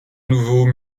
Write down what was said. nouveau